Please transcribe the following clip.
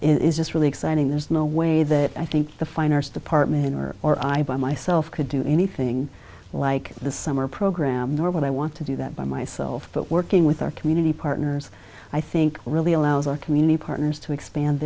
is just really exciting there's no way that i think the fine arts department or or i by myself could do anything like the summer program nor would i want to do that by myself but working with our community partners i think really allows our community partners to expand